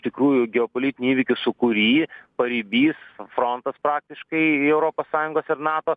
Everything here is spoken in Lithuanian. iš tikrųjų geopolitinių įvykių sūkury paribys frontas praktiškai į europos sąjungos ir nato